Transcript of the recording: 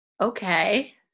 Okay